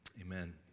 amen